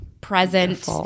present